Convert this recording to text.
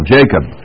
Jacob